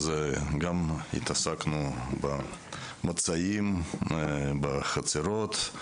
התעסקנו במצעים בחצרות,